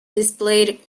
displayed